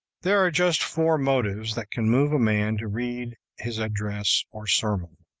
there are just four motives that can move a man to read his address or sermon